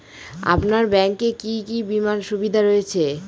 আপনার ব্যাংকে কি কি বিমার সুবিধা রয়েছে?